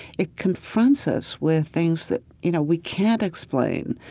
it confronts us with things that, you know, we can't explain.